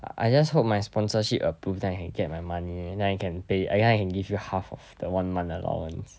I just hope my sponsorship approve then I can get my money then I can pay an~ I can give you half of the one month allowance